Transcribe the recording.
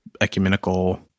ecumenical